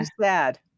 sad